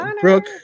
Brooke